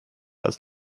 als